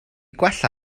gwella